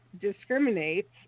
discriminates